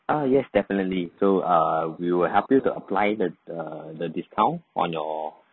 ah yes definitely so um we will help you to apply the the discount on your